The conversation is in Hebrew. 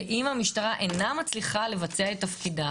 ואם המשטרה אינה מצליחה לבצע את תפקידה,